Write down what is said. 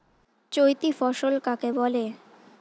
চৈতি ফসল কাকে বলে?